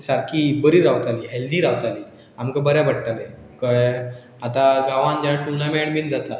सारकी बरी रावताली हेल्दी रावताली आमकां बर पडटले कळ्ळें आतां गांवान जे टुर्नामेंट बीन जाता